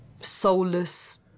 soulless